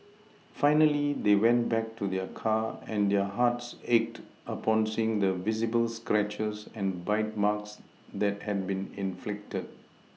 finally they went back to their car and their hearts ached upon seeing the visible scratches and bite marks that had been inflicted